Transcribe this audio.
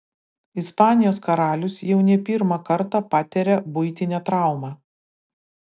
ispanijos karalius jau ne pirmą kartą patiria buitinę traumą